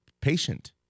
patient